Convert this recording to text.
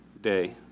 day